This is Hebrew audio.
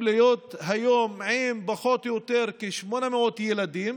להיות היום עם פחות או יותר כ-800 ילדים